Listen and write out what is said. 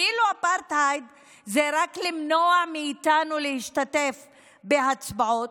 כאילו אפרטהייד זה רק למנוע מאיתנו להשתתף בהצבעות.